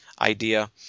idea